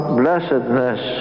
blessedness